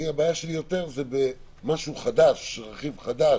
הבעיה שלי היא יותר במשהו חדש, ברכיב חדש.